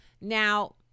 Now